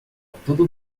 tudo